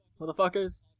motherfuckers